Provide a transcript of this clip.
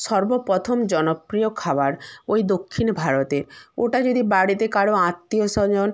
সর্ব প্রথম জনপ্রিয় খাবার ওই দক্ষিণ ভারতে ওটা যদি বাড়িতে কারো আত্মীয় স্বজন